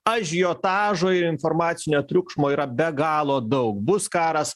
ažiotažo ir informacinio triukšmo yra be galo daug bus karas